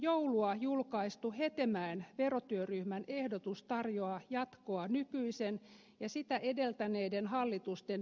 ennen joulua julkaistu hetemäen verotyöryhmän ehdotus tarjoaa jatkoa nykyisen ja sitä edeltäneiden hallitusten veropolitiikalle